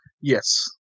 Yes